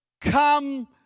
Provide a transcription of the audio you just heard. come